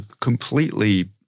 completely